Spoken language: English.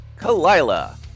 Kalila